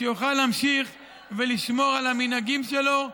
שיוכל להמשיך ולשמור על המנהגים שלו,